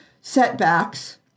setbacks